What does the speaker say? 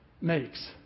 makes